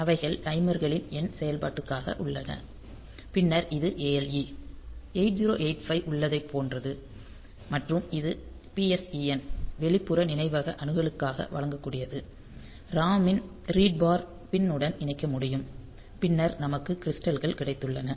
அவைகள் டைமர்களின் எண் செயல்பாட்டிற்காக உள்ளன பின்னர் இந்த ALE 8085 உள்ளதைப் போன்றது மற்றும் இது PSEN வெளிப்புற நினைவக அணுகலுக்காக வழங்கக்கூடியது ROM இன் ரீட் பார் பின் உடன் இணைக்க முடியும் பின்னர் நமக்கு கிரிஸ்டல்கள் கிடைத்துள்ளன